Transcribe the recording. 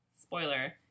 Spoiler